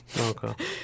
Okay